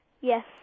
Yes